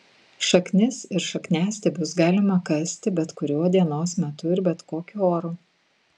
šaknis ir šakniastiebius galima kasti bet kuriuo dienos metu ir bet kokiu oru